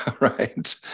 Right